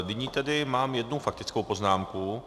Nyní tedy mám jednu faktickou poznámku.